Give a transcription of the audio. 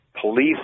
police